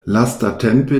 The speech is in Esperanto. lastatempe